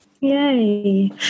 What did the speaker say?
yay